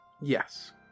Yes